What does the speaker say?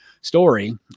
story